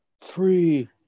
three